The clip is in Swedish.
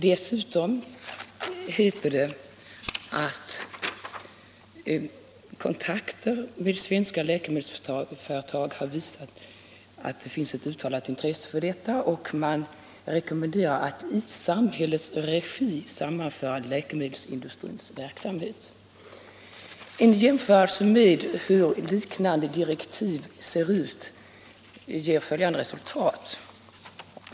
Dessutom heter det att man rekommenderar att i samhällets regi sammanföra läkemedelsindustrins verksamhet. En jämförelse med hur liknande direktiv ser ut ger följande resultat.